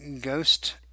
ghost